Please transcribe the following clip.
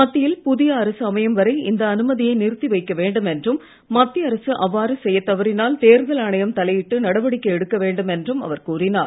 மத்தியில் புதிய அரசுஅமையும் வரை இந்த அனுமதியை நிறுத்தி வைக்கவேண்டும் என்றும் மத்திய அரசு அவ்வாறு செய்யத் தவறினால் தேர்தல் ஆணையம் தலையிட்டு நடவடிக்கை எடுக்க வேண்டும் என்றும் அவர் கோரினார்